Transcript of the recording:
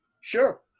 Sure